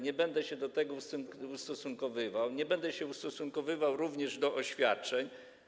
Nie będę się do tego ustosunkowywał, nie będę się ustosunkowywał również do oświadczeń.